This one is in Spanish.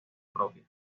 propia